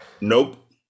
Nope